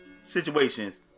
Situations